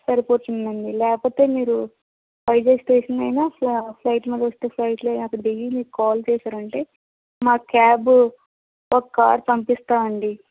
సరిపోతుంది అండి లేపోతే మీరు రైల్వే స్టేషన్ అయిన ఫ్ల ఫ్లైట్లో వస్తే ఫ్లైట్ అయినా అక్కడ దిగి మీరు కాల్ చేశారంటే మా క్యాబ్ ఒక కార్ పంపిస్తామండి